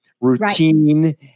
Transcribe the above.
Routine